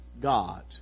God